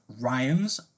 ryan's